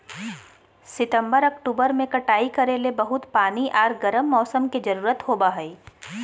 सितंबर, अक्टूबर में कटाई करे ले बहुत पानी आर गर्म मौसम के जरुरत होबय हइ